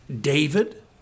David